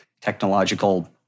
technological